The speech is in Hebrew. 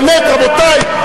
באמת, רבותי.